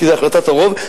כי זה החלטת הרוב,